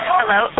Hello